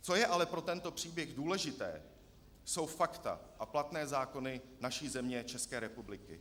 Co je ale pro tento příběh důležité, jsou fakta a platné zákony naší země, České republiky.